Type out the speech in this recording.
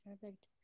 perfect